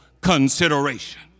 consideration